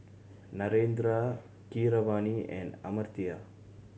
Narendra Keeravani and Amartya